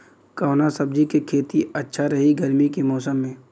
कवना सब्जी के खेती अच्छा रही गर्मी के मौसम में?